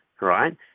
right